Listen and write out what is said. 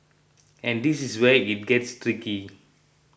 and this is where it gets tricky